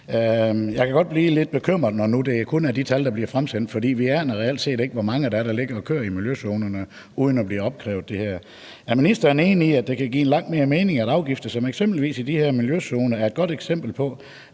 Jeg kan godt blive lidt bekymret, når nu det kun er de tal, der bliver fremsendt, for vi aner reelt set ikke, hvor mange der ligger og kører i miljøzonerne uden at blive opkrævet de her bøder. Er ministeren enig i, at det kan give langt mere mening, at afgifterne, som dem fra de her miljøzoner er et godt eksempel på,